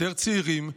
יותר צעירים,